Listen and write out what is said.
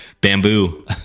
Bamboo